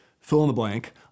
fill-in-the-blank